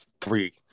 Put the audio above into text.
three